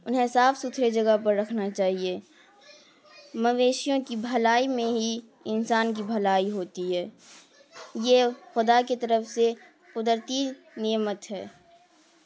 انہیں صاف ستھرے جگہ پر رکھنا چاہیے مویشیوں کی بھلائی میں ہی انسان کی بھلائی ہوتی ہے یہ خدا کی طرف سے قدرتی نعمت ہے